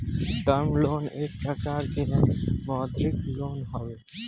term loan एक प्रकार के मौदृक लोन हवे